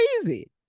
Crazy